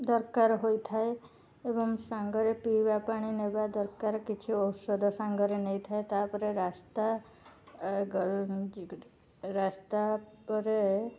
ଦରକାର ହୋଇଥାଏ ଏବଂ ସାଙ୍ଗରେ ପିଇବା ପାଣି ନେବା ଦରକାର କିଛି ଔଷଧ ସାଙ୍ଗରେ ନେଇଥାଏ ତା'ପରେ ରାସ୍ତା ରାସ୍ତା ପରେ